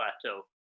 plateau